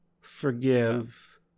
forgive